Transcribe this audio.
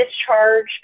discharge